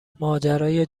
ماجرای